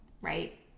right